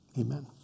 Amen